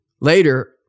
Later